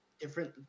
different